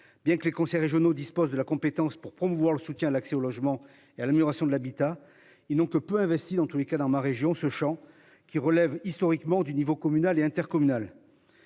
bien que les conseils régionaux disposent de la compétence pour promouvoir le soutien, l'accès au logement et à l'amélioration de l'habitat. Ils n'ont que peu investi dans tous les cas dans ma région ce Champ qui relève historiquement du niveau communal et intercommunal.